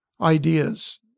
ideas